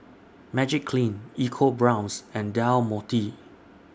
Magiclean EcoBrown's and Del Monte